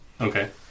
Okay